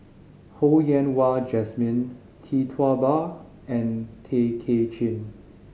Ho Yen Wah Jesmine Tee Tua Ba and Tay Kay Chin